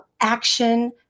action